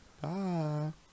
Bye